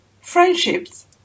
Friendships